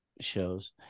shows